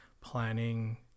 planning